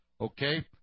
Okay